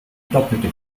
doppelte